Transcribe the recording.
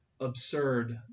absurd